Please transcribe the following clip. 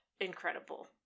incredible